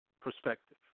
perspective